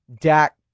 dak